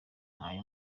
ayo